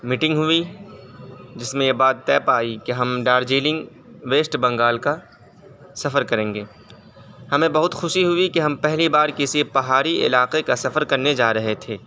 meeting ہوئی جس میں یہ بات طے پائی کہ ہم ڈارجلنگ ویسٹ بنگال کا سفر کریں گے ہمیں بہت خوشی ہوئی کہ ہم پہلی بار کسی پہاڑی علاقے کا سفر کرنے جا رہے تھے